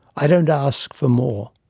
i don't ask for more,